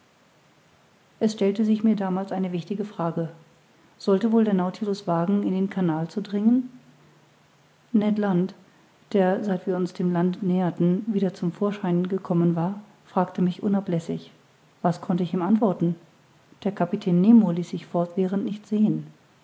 es stellte sich mir damals eine wichtige frage sollte wohl der nautilus wagen in den canal zu dringen ned land der seit wir uns dem land näherten wieder zum vorschein gekommen war fragte mich unablässig was konnt ich ihm antworten der kapitän nemo ließ sich fortwährend nicht sehen